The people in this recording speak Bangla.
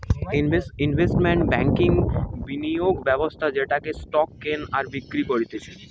ইনভেস্টমেন্ট ব্যাংকিংবিনিয়োগ ব্যবস্থা যেটাতে স্টক কেনে আর বিক্রি করতিছে